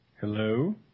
Hello